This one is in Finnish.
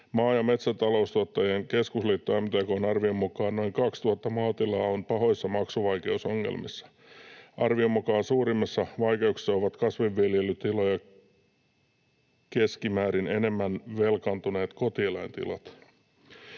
Maa- ja metsätaloustuottajain Keskusliiton MTK:n arvion mukaan noin 2 000 maatilaa on pahoissa maksuvaikeusongelmissa. Arvion mukaan suurimmissa vaikeuksissa ovat kasvinviljelytiloja keskimäärin enemmän velkaantuneet kotieläintilat.